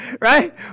Right